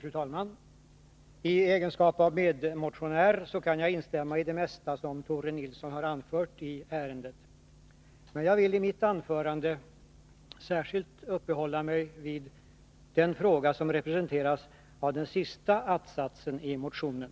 Fru talman! I egenskap av medmotionär kan jag instämma i det mesta som Tore Nilsson har anfört i ärendet. Men jag vill i mitt anförande särskilt uppehålla mig vid den fråga som representeras av den sista att-satsen i motionen.